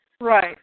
Right